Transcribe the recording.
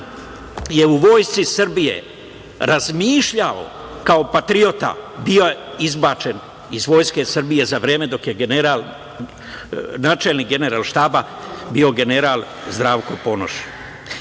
je u Vojsci Srbije razmišljao kao patriota bio je izbačen iz Vojske Srbije za vreme dok je načelnik Generalštaba bio general Zdravko